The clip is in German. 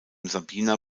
sabina